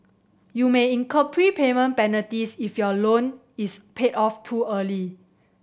you may incur prepayment penalties if your loan is paid off too early